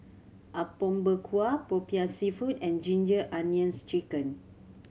Apom Berkuah Popiah Seafood and Ginger Onions Chicken